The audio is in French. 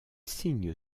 signe